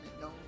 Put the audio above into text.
No